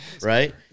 Right